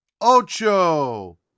ocho